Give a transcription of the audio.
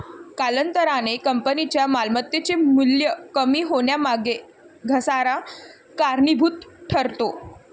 कालांतराने कंपनीच्या मालमत्तेचे मूल्य कमी होण्यामागे घसारा कारणीभूत ठरतो